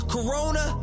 Corona